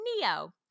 Neo